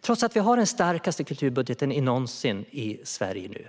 Trots att vi nu har den starkaste kulturbudgeten någonsin i Sverige